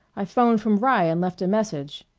i phoned from rye and left a message.